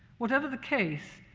whatever the case,